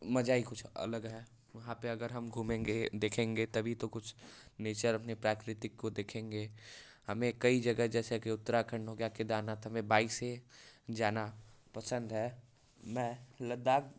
मज़ा ही कुछ अलग है वहाँ पर अगर हम घूमेंगे देखेंगे तभी तो कुछ नेचर अपने प्राकृतिक को देखेंगे हमें कई जगह जैसे कि उत्तराखंड हो गया केदारनाथ हमें बाइक से जाना पसंद है मैं लद्दाख